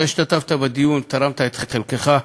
אתה השתתפת בדיון, תרמת את חלקך.